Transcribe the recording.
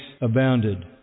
abounded